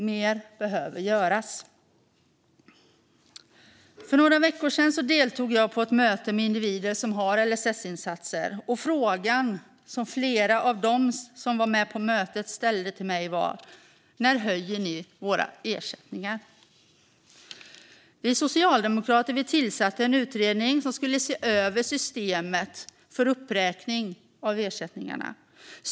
Mer behöver göras. För några veckor sedan deltog jag på ett möte med individer som har LSS-insatser. Frågan som flera av dem som var med på mötet ställde till mig var: När höjer ni våra ersättningar? Vi socialdemokrater tillsatte en utredning som skulle se över systemet för uppräkning av ersättningarna.